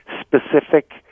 specific